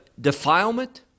defilement